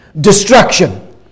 destruction